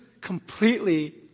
completely